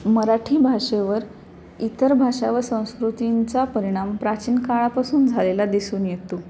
मराठी भाषेवर इतर भाषा व संस्कृतींचा परिणाम प्राचीन काळापासून झालेला दिसून येतो